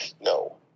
no